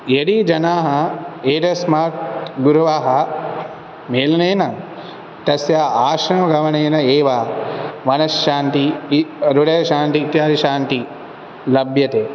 यदि जनाः एतस्मात् गुरवः मेलनेन तस्य आश्रमगमनेन एव मनश्शान्तिः हृदयशान्तिः इत्यादि शान्तिः लभ्यते